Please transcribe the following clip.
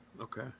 Okay